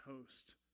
host